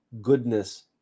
goodness